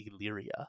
Illyria